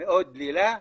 מאוד דלילה,